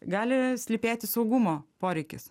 gali slypėti saugumo poreikis